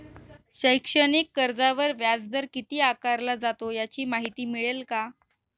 शैक्षणिक कर्जावर व्याजदर किती आकारला जातो? याची माहिती मिळेल का?